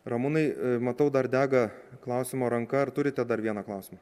ramūnai matau dar dega klausimo ranka ar turite dar vieną klausimą